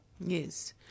Yes